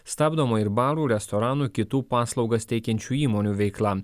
stabdoma ir barų restoranų kitų paslaugas teikiančių įmonių veikla